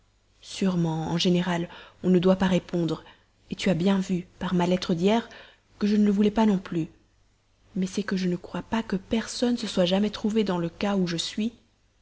sûrement en général on ne doit pas répondre tu as bien vu par ma lettre d'hier que je ne le voulais pas non plus mais c'est que je ne crois pas que personne se soit jamais trouvé dans le cas où je suis